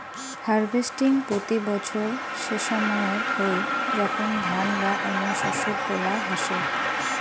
harvesting প্রতি বছর সেসময়ত হই যখন ধান বা অন্য শস্য তোলা হসে